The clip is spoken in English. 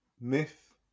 myth